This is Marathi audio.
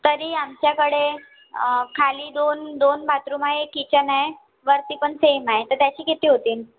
तरी आमच्याकडे खाली दोन दोन बाथरूम आहे एक किचन आहे वरती पण सेम आहे तर त्याचे किती होतील